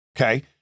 okay